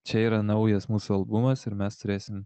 čia yra naujas mūsų albumas ir mes turėsim